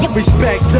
respect